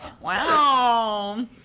Wow